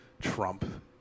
Trump